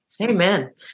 Amen